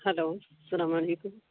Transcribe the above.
hello سلام علیکم